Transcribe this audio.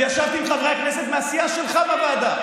ישבתי עם חברי הכנסת מהסיעה שלך בוועדה.